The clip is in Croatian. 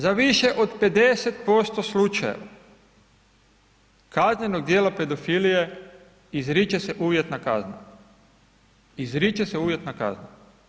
Za više od 50% slučajeva kaznenog djela pedofilije izriče se uvjetna kazna, izriče se uvjetna kazna.